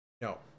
no